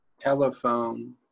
telephone